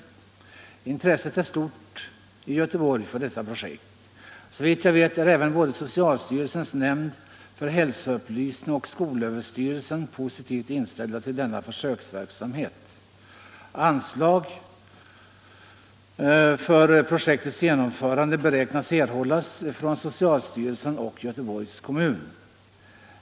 Intresset är stort i Göteborg för detta projekt. Såvitt jag vet är även både socialstyrelsens nämnd för hälsoupplysning och skolöverstyrelsen positivt inställda till denna försöksverksamhet. Anslag för projektets genomförande beräknas erhållas från socialstyrelsen och Göteborgs kommun.